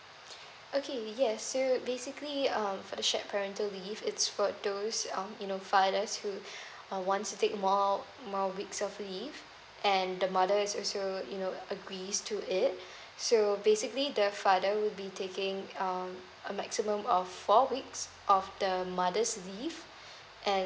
okay yes so basically um for the shared parental leave it's for those um you know five or less who wants to take more more weeks of leave and the mother is also you know agrees to it so basically the father will be taking um a maximum of four weeks of the mother's leave and